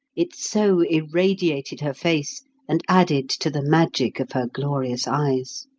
it so irradiated her face and added to the magic of her glorious eyes.